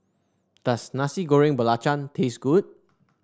does Nasi Goreng Belacan taste good